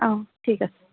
অ ঠিক আছে